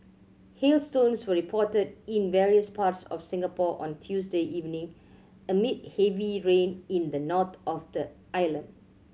hailstones were reported in various parts of Singapore on Tuesday evening amid heavy rain in the north of the island